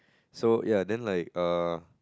so ya then like err